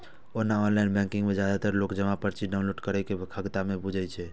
ओना online banking मे जादेतर लोक जमा पर्ची डॉउनलोड करै के खगता नै बुझै छै